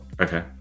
Okay